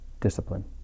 discipline